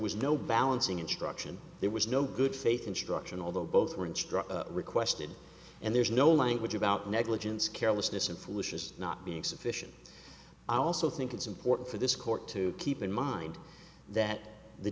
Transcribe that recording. was no balancing instruction there was no good faith instruction although both were instructed requested and there's no language about negligence carelessness and foolishness not being sufficient i also think it's important for this court to keep in mind that the